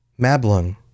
Mablung